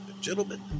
gentlemen